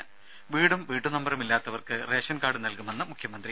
ത വീടും വീട്ടു നമ്പറുമില്ലാത്തവർക്ക് റേഷൻകാർഡ് നൽകുമെന്ന് മുഖ്യമന്ത്രി